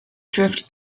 drift